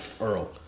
Earl